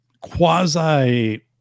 quasi